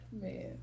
Man